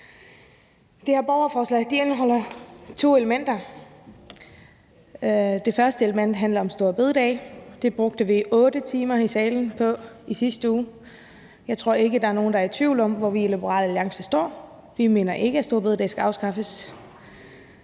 Det her borgerforslag indeholder to elementer. Det første element handler om store bededag. Det brugte vi 8 timer på i salen i sidste uge. Jeg tror ikke, at der er nogen, der er i tvivl om, hvor vi i Liberal Alliance står: Vi mener ikke, at store bededag skal afskaffes.